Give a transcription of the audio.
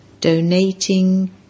donating